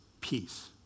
peace